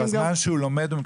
בזמן שהוא לומד הוא מקבל?